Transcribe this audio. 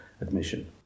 admission